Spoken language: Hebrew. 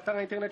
של האזרחים,